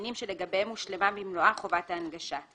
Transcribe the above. בניינים שלגביהם הושלמה במלואה חובת ההנגשה.